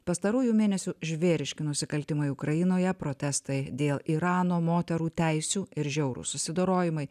pastarųjų mėnesių žvėriški nusikaltimai ukrainoje protestai dėl irano moterų teisių ir žiaurūs susidorojimai